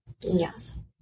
Yes